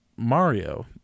Mario